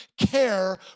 care